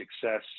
success